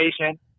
patient